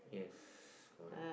yes correct